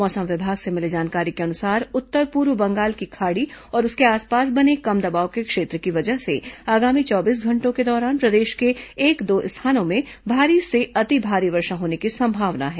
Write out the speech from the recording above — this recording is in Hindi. मौसम विभाग से मिली जानकारी के अनुसार उत्तर पूर्व बंगाल की खाड़ी और उसके आसपास बने कम दबाव के क्षेत्र की वजह से आगामी चौबीस घंटों के दौरान प्रदेश के एक दो स्थानों में भारी से अति भारी वर्षा होने की संभावना है